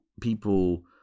people